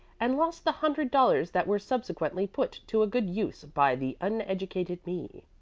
and lost the hundred dollars that were subsequently put to a good use by the uneducated me.